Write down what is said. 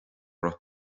raibh